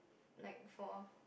like for